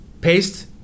paste